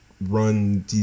run